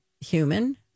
human